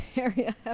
area